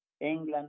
England